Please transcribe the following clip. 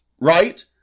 Right